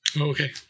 Okay